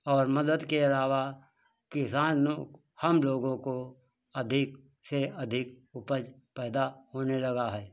और मदद के अलावा किसान हम लोगों को अधिक से अधिक उपज पैदा होने लगा है